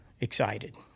excited